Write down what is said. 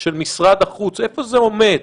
של משרד החוץ, איפה זה עומד?